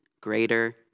greater